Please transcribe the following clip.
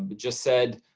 but just said,